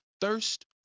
thirst